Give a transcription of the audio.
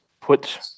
put